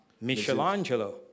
Michelangelo